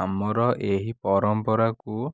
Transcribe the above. ଆମର ଏହି ପରମ୍ପରାକୁ